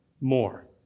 more